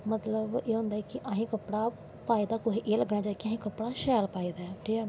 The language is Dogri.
मतलव एह् होंदा ऐ के असैं कपड़ा पाए दा कुसे गी एह् लग्गनां कि असैं कपड़ा शैल पाए दा ऐ